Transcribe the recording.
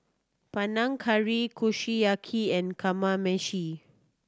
Panang Curry Kushiyaki and Kamameshi